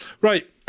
Right